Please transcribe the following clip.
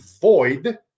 void